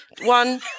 One